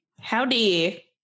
Howdy